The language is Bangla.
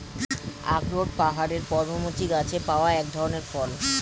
আখরোট পাহাড়ের পর্ণমোচী গাছে পাওয়া এক ধরনের ফল